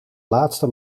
laatste